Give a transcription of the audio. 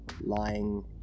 lying